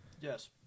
Yes